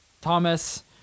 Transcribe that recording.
Thomas